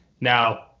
Now